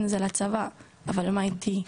אבל מה איתי,